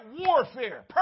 warfare